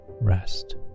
rest